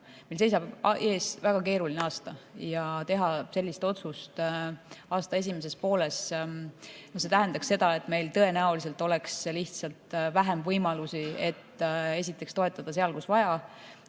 meil seisab ees väga keeruline aasta ja kui teha selline otsus aasta esimeses pooles, siis see tähendaks seda, et meil tõenäoliselt oleks lihtsalt vähem võimalusi toetada seal, kus seda